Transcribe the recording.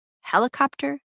helicopter